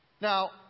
Now